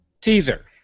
Teaser